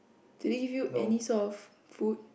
do they give you any sort of food